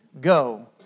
go